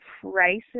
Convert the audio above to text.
prices